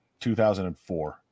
2004